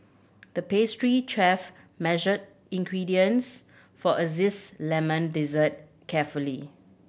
the pastry chef measured ingredients for a lemon dessert carefully